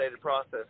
process